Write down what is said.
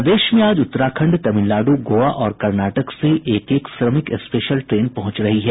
प्रदेश में आज उत्तराखंड तमिलनाडु गोवा और कर्नाटक से एक एक श्रमिक स्पेशल ट्रेन पहुंच रही है